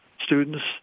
students